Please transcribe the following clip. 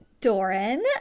Doran